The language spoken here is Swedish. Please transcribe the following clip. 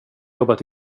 jobbat